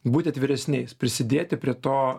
būti atviresniais prisidėti prie to